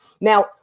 Now